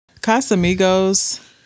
Casamigos